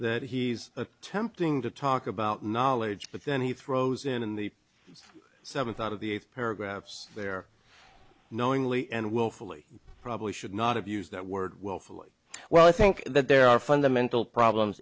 that he's attempting to talk about knowledge but then he throws in the seventh out of the eighth paragraphs there knowingly and willfully probably should not have used that word willfully well i think that there are fundamental problems